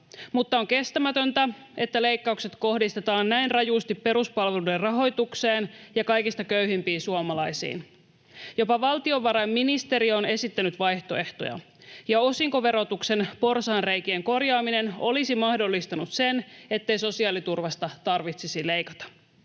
mutta on kestämätöntä, että leikkaukset kohdistetaan näin rajusti peruspalveluiden rahoitukseen ja kaikista köyhimpiin suomalaisiin. Jopa valtiovarainministeriö on esittänyt vaihtoehtoja. Jo osinkoverotuksen porsaanreikien korjaaminen olisi mahdollistanut sen, ettei sosiaaliturvasta tarvitsisi leikata,